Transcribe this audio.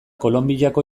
kolonbiako